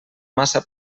massa